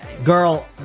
Girl